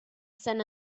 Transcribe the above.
sant